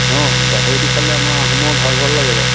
অঁ গাহৰিটো খালে আমাৰ আহোমৰ ভাল ভাল লাগে বাৰু